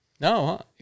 No